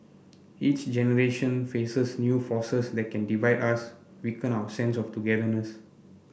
each generation faces new forces that can divide us weaken our sense of togetherness